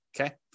okay